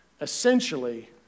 essentially